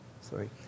Sorry